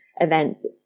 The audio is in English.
events